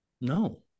no